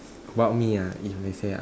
about me ah if they say ah